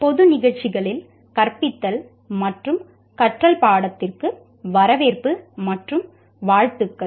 பொது நிகழ்ச்சிகளில் கற்பித்தல் மற்றும் கற்றல் பாடத்திற்கு வரவேற்பு மற்றும் வாழ்த்துக்கள்